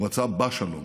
הוא רצה בַּשלום.